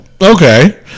Okay